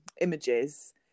images